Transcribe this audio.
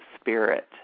spirit